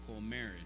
marriage